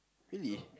really